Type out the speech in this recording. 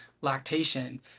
lactation